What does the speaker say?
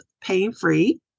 Pain-Free